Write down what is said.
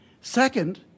Second